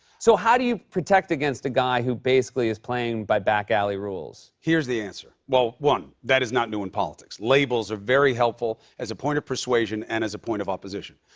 so how do you protect against a guy who basically is playing by back alley rules? here's the answer. well, one, that is not new in politics. labels are very helpful as a point of persuasion and as a point of opposition.